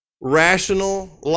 Rational